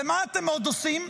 ומה אתם עוד עושים?